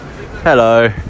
hello